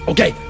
Okay